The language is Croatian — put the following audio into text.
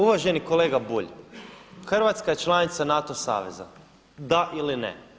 Ma uvaženi kolega Bulj, Hrvatska je članica NATO saveza, da ili ne?